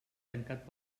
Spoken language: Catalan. tancat